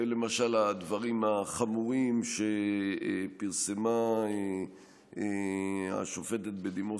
למשל הדברים החמורים שפרסמה השופטת בדימוס